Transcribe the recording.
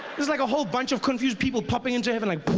there's like a whole bunch of confused people popping into heaven like